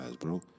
bro